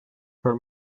her